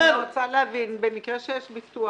--- אני רוצה להבין במקרה שיש ביטוח,